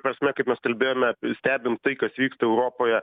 prasme kaip mes kalbėjome stebint tai kas vyksta europoje